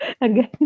again